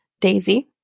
Daisy